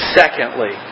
secondly